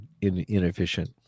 inefficient